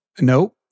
Nope